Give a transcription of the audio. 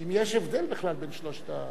אם יש הבדל בכלל בין שלוש ההצעות.